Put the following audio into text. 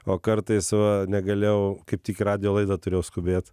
o kartais va negalėjau kaip tik į radijo laidą turėjau skubėt